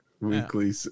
Weekly